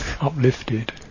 uplifted